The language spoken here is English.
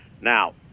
Now